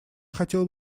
хотел